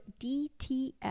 DTF